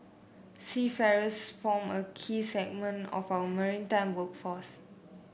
seafarers form a key segment of our maritime workforce